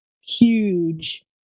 huge